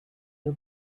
you